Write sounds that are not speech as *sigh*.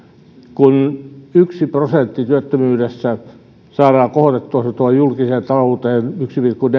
kun yksi prosentti työttömyydestä saadaan pois se tuo julkiseen talouteen yksi pilkku *unintelligible*